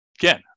Again